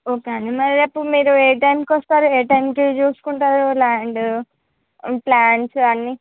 okay అండి మరి రేపు మీరు ఏ టైమ్కి వస్తారు ఏ టైమ్కి చూసుకుంటారు ల్యాండు ప్లాన్స్ అన్నీ